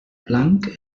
blanc